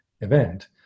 event